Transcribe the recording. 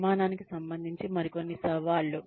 నిర్మాణానికి సంబంధించి మరికొన్ని సవాళ్లు